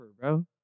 bro